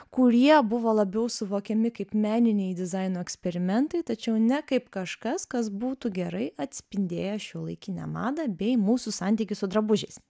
kurie buvo labiau suvokiami kaip meniniai dizaino eksperimentai tačiau ne kaip kažkas kas būtų gerai atspindėję šiuolaikinę madą bei mūsų santykius su drabužiais